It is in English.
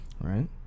right